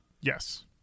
yes